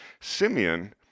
Simeon